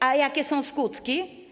A jakie są skutki?